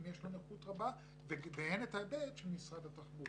יש לו נכות גבוהה והן את ההיבט של משרד התחבורה.